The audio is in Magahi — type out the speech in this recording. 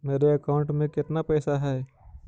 मेरे अकाउंट में केतना पैसा है?